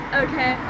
okay